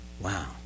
Wow